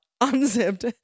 unzipped